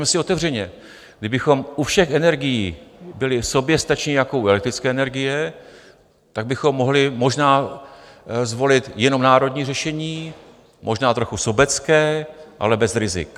A řekněme si otevřeně, kdybychom u všech energií byli soběstační jako u elektrické energie, tak bychom mohli možná zvolit jenom národní řešení, možná trochu sobecké, ale bez rizik.